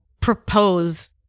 propose